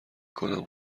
کنم